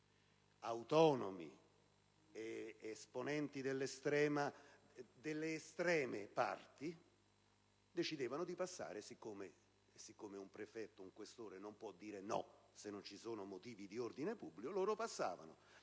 Ma autonomi ed esponenti delle parti estreme decidevano di passare e, siccome un prefetto o un questore non possono vietarlo se non ci sono motivi di ordine pubblico, loro passavano: